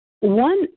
One